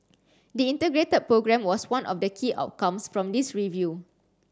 the Integrated Programme was one of the key outcomes from this review